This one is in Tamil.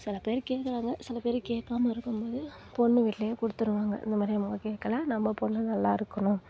சில பேர் கேட்குறாங்க சில பேர் கேட்காம இருக்கும் போது பொண்ணு வீட்டிலையும் கொடுத்துருவாங்க இந்த மாதிரி கேட்கல நம்ம பொண்ணு நல்லா இருக்கணும்